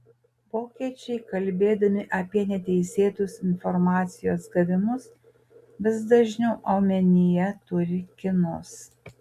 vokiečiai kalbėdami apie neteisėtus informacijos gavimus vis dažniau omenyje turi kinus